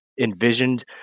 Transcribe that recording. envisioned